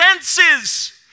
senses